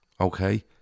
okay